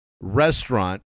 restaurant